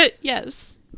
Yes